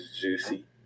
juicy